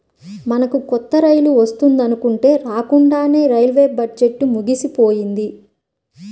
మనకు కొత్త రైలు వస్తుందనుకుంటే రాకండానే రైల్వే బడ్జెట్టు ముగిసిపోయింది